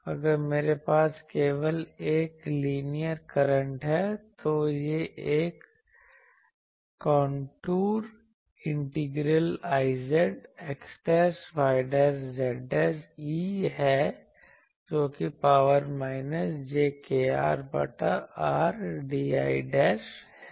अगर मेरे पास केवल एक लीनियर करंट है तो यह एक contour integral Iz xyz e है जो कि पावर माइनस j kR बटा R dl है